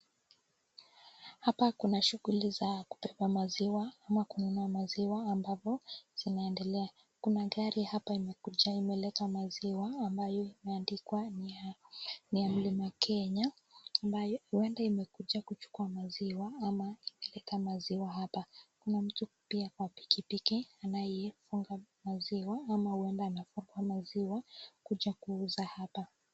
Hapa kuna shughuli za kubeba maziwa ama kununua maziwa ambapo zinaendelea. Kuna gari hapa imekuja imeleta maziwa ambayo imeandikwa ni ya mlima Kenya, ambayo huenda imekuja kuchukua maziwa ama kupeleka maziwa hapa. Kuna mtu pia wa pikipiki anaye funga maziwa ama huenda anafungua maziwa kuja kuuza hapa.